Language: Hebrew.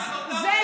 על אותם